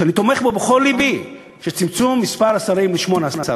ואני תומך בו בכל לבי, צמצום מספר השרים ל-18.